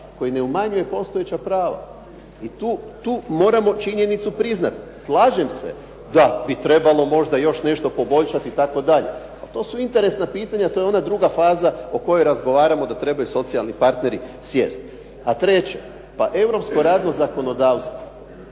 koji ne umanjuje postojeća prava. I tu moramo činjenicu priznati. Slažem se da bi trebalo još možda nešto poboljšati itd. ali to su interesna pitanja, to je ona druga faza o kojoj razgovaramo da trebaju socijalni partneri sjest. A treće, pa Europsko radno zakonodavstvo